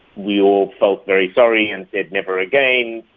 we all felt very sorry and said, never again,